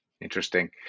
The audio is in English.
Interesting